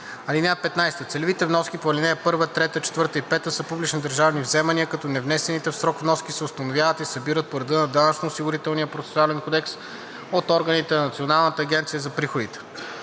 (15) Целевите вноски по ал. 1, 3, 4 и 5 са публични държавни вземания, като невнесените в срок вноски се установяват и събират по реда на Данъчно-осигурителния процесуален кодекс от органите на Националната агенция за приходите.